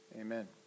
Amen